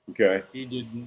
Okay